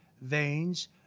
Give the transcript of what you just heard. veins